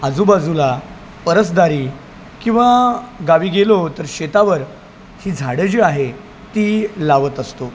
आजूबाजूला परसदारी किंवा गावी गेलो तर शेतावर ही झाडं जी आहे ती लावत असतो